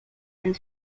and